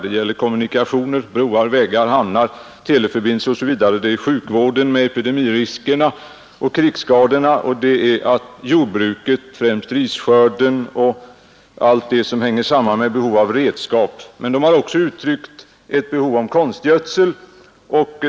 Jag kan nämna kommunikationerna — broar, vägar, hamnar, teleförbindelser osv. — problemen inom sjukvården, med tanke på epidemiriskerna och krigsskadorna, samt jordbruket, främst risskörden, och allt det som hänger samman med behov av redskap. Man har också uttalat behov av konstgödsel.